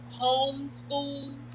homeschool